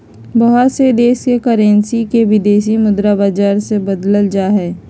बहुत से देश के करेंसी के विदेशी मुद्रा बाजार मे बदलल जा हय